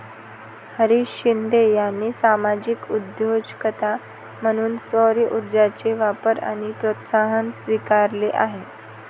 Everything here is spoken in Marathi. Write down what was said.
हरीश शिंदे यांनी सामाजिक उद्योजकता म्हणून सौरऊर्जेचा वापर आणि प्रोत्साहन स्वीकारले आहे